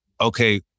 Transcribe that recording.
Okay